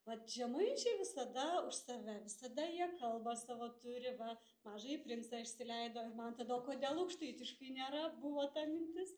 vat žemaičiai visada už save visada jie kalbą savo turi va mažąjį princą išsileido ir man tada o kodėl aukštaitiškai nėra buvo ta mintis